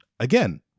Again